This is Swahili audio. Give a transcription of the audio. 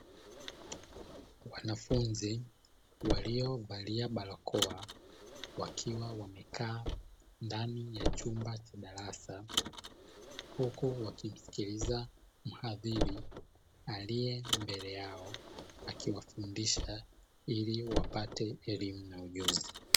Wanafunzi waliovalia barakoa wakiwa wamekaa ndani ya chumba cha darasa huku wakimsikiliza mhadhiri aliye mbele yao akiwafundisha ili wapate elimu na ujuzi.